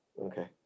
Okay